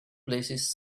places